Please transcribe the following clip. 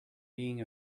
being